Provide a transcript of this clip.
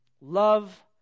love